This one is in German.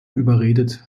überredet